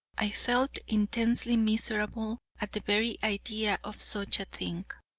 i felt intensely miserable at the very idea of such a thing.